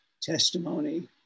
testimony